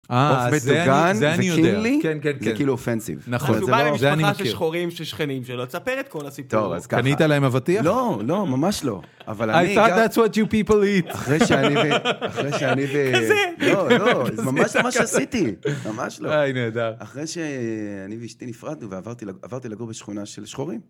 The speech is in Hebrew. אה, זה אני יודע. זה כאילו אופנסיב. נכון, זה אני מכיר. אז הוא בא למשפחה של שחורים ששכנים שלו, תספר את כל הסיפור. טוב, אז ככה. קנית להם אבטיח? לא, לא, ממש לא. אבל אני... I thought that's what you people eat. אחרי שאני... אחרי שאני... כזה. לא, לא, זה ממש מה שעשיתי. ממש לא. אה, נהדר. אחרי שאני ואשתי נפרדנו ועברתי לגור בשכונה של שחורים.